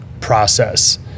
process